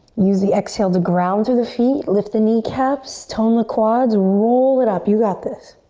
use the exhale to ground through the feet, lift the kneecaps, tone the quads, roll it up. you got this.